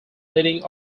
leading